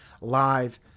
live